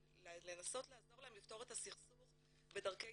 לנסות לעזור להם לפתור את הסכסוך בדרכי